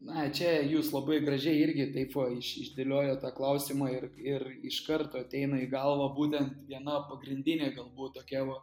na čia jūs labai gražiai irgi taip va iš išdėliojot tą klausimą ir ir iš karto ateina į galvą būtent viena pagrindinė galbūt tokia va